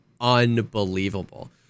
unbelievable